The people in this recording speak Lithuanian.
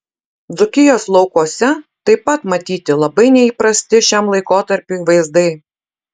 dzūkijos laukuose taip pat matyti labai neįprasti šiam laikotarpiui vaizdai